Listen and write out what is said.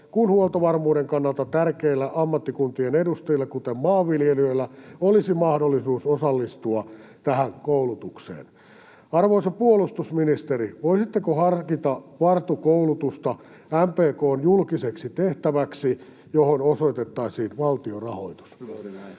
kuin huoltovarmuuden kannalta tärkeillä ammattikuntien edustajilla, kuten maanviljelijöillä, olisi mahdollisuus osallistua tähän koulutukseen. Arvoisa puolustusministeri, voisitteko harkita VARTU-koulutusta MPK:n julkiseksi tehtäväksi, johon osoitettaisiin valtion rahoitus? [Speech